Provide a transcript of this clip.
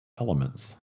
elements